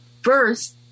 First